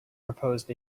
proposed